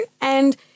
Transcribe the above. And-